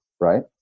right